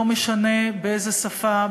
לא משנה באיזו שפה,